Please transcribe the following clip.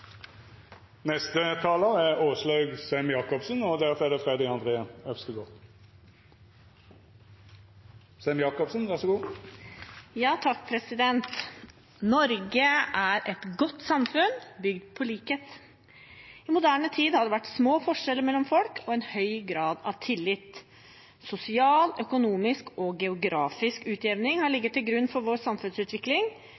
Norge er et godt samfunn, bygd på likhet. I moderne tid har det vært små forskjeller mellom folk og en høy grad av tillit. Sosial, økonomisk og geografisk utjevning har